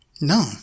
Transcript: No